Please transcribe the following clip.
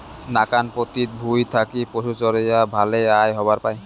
নাকান পতিত ভুঁই থাকি পশুচরেয়া ভালে আয় হবার পায়